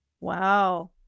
Wow